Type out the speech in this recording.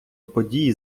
події